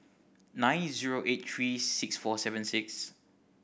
nine zero eight three six four seven six